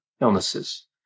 illnesses